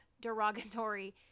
derogatory